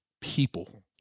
people